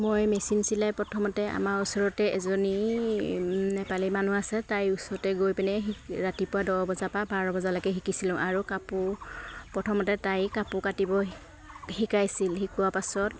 মই মেচিন চিলাই প্ৰথমতে আমাৰ ওচৰতে এজনী নেপালী মানুহ আছে তাইৰ ওচৰতে গৈ পেলাই ৰাতিপুৱা দহ বজাৰপৰা বাৰ বজালৈকে শিকিছিলোঁ আৰু কাপোৰ প্ৰথমতে তাই কাপোৰ কাটিব শিকাইছিল শিকোৱা পাছত